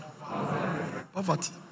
Poverty